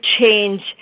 change